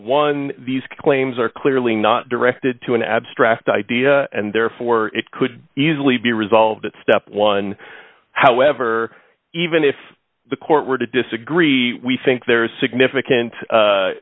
one these claims are clearly not directed to an abstract idea and therefore it could easily be resolved at step one however even if the court were to disagree we think there is significant